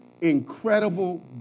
incredible